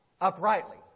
uprightly